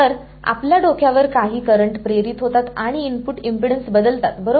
तर आपल्या डोक्यावर काही करंट प्रेरित होतात आणि इनपुट इम्पेडन्स बदलतात बरोबर